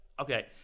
Okay